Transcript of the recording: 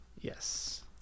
yes